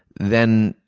then,